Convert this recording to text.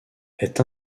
est